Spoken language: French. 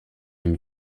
une